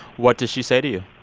what does she say to you?